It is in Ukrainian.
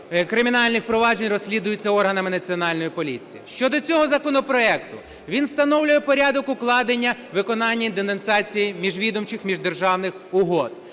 кримінальних проваджень розслідується органами Національної поліції. Щодо цього законопроекту. Він встановлює порядок укладання, виконання і денонсації міжвідомчих, міждержавних угод,